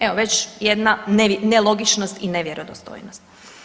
Evo već jedna nelogičnost i nevjerodostojnost.